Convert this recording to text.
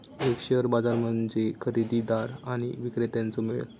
एक शेअर बाजार म्हणजे खरेदीदार आणि विक्रेत्यांचो मेळ